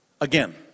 again